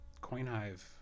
CoinHive